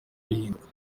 bihinduka